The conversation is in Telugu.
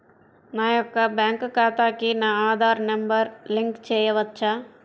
నా యొక్క బ్యాంక్ ఖాతాకి నా ఆధార్ నంబర్ లింక్ చేయవచ్చా?